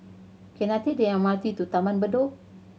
can I take the M R T to Taman Bedok